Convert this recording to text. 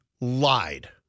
lied